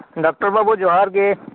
doctor ᱵᱟᱵᱩ ᱡᱚᱦᱟᱨ ᱜᱮ